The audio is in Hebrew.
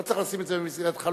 לא צריך לשים את זה במסגרת חלום,